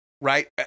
right